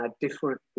different